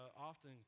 often